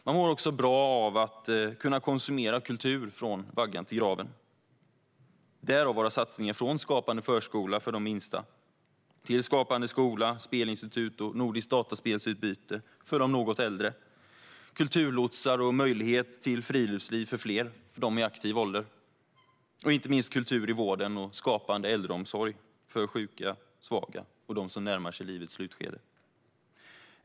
Man mår också bra av att kunna konsumera kultur från vaggan till graven; därav våra satsningar på Skapande förskola för de minsta, Skapande skola, spelinstitut och nordiskt dataspelsutbyte för de något äldre, kulturlotsar och möjlighet till friluftsliv för fler för dem i aktiv ålder och inte minst kultur i vården och Skapande äldreomsorg för sjuka, svaga och dem som närmar sig livets slut.